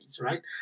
right